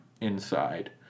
inside